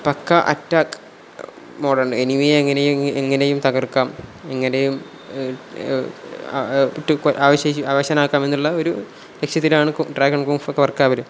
പക്ക attack മോഡുണ്ട് എനിമിയെ എങ്ങനെയും എങ്ങനെയും തകർക്കാം എങ്ങനെയും ആവശ അവശനാക്കാം എന്നുള്ള ഒരു ലക്ഷ്യത്തിലാണ് ഡ്രാഗൺ കുംഫു ഒക്കെ വർക്കാകല്